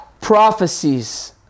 prophecies